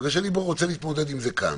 בגלל שאני רוצה להתמודד עם זה כאן.